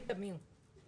כאן.